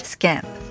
Scamp